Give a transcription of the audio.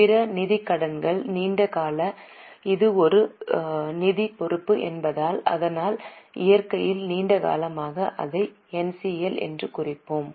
பிற நிதிக் கடன்கள் நீண்ட கால இது ஒரு நிதி பொறுப்பு என்பதால் ஆனால் இயற்கையில் நீண்ட காலமாக அதை என்சிஎல் என்று குறிப்போம்